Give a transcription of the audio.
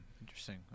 Interesting